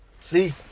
See